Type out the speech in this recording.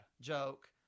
joke